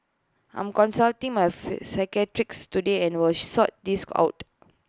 I'm consulting my psychiatrist today and will she sort this out